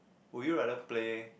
will you rather play